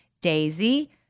Daisy